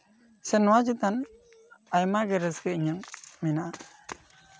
ᱱᱚᱣᱟ ᱪᱮᱛᱟᱱ ᱟᱭᱢᱟᱜᱮ ᱨᱟᱥᱠᱟᱹ ᱤᱧᱟᱹᱜ ᱢᱮᱱᱟᱜᱼᱟ